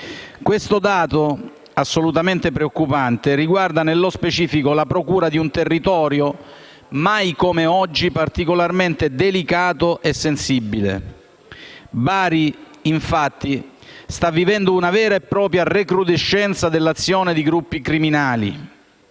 Questo dato, assolutamente preoccupante, riguarda nello specifico la procura di un territorio mai come oggi particolarmente delicato e sensibile. Bari, infatti, sta vivendo una vera e propria recrudescenza dell'azione di gruppi criminali.